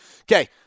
Okay